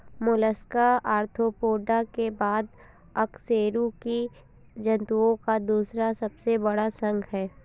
Mollusca Arthropoda के बाद अकशेरुकी जंतुओं का दूसरा सबसे बड़ा संघ है